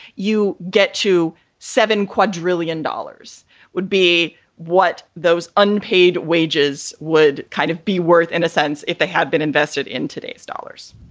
you get to seven quadrillion dollars would be what those unpaid wages would kind of be worth in a sense, if they had been invested in today's dollars.